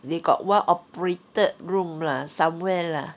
they got one operated room lah somewhere lah